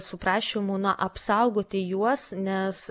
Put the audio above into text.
su prašymu apsaugoti juos nes